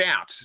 out